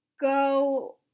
go